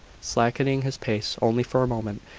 slackening his pace only for a moment,